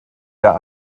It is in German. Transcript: der